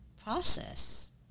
process